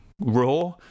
raw